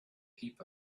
heap